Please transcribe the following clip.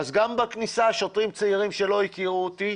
אז גם בכניסה שוטרים צעירים שלא הכירו אותי,